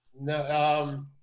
no